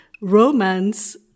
romance